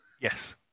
Yes